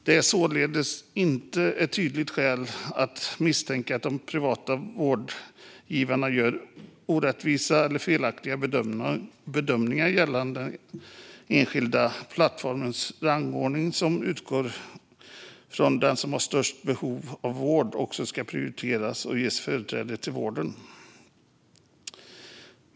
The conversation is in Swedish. Det finns således inget tydligt skäl att misstänka att de privata vårdgivarna gör orättvisa eller felaktiga bedömningar gällande den etiska plattformens rangordning som utgår från att den som är i störst behov av vård också ska prioriteras och ges företräde till vården.